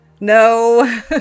No